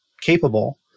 capable